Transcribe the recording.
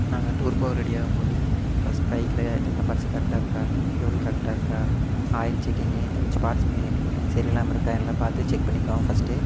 நாங்கள் டூர் போக ரெடி ஆகும்போது ஃபர்ஸ்ட் பைக்கில் எல்லா பார்ட்ஸும் கரெக்டாக இருக்கா ஃபியூவல் கரெக்டாக இருக்கா ஆயில் செக்கிங்கு எதாச்சும் பார்ட்ஸுமே சரி இல்லாமல் இருக்கா எல்லாம் பார்த்து செக் பண்ணிக்குவோம் ஃபர்ஸ்ட்டே